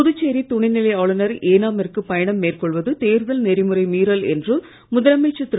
புதுச்சேரி துணைநிலை ஆளுநர் ஏனாமிற்கு பயணம் மேற்கொள்வது தேர்தல் நெறிமுறை மீறல் என்று முதலமைச்சர் திரு